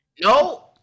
No